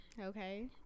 Okay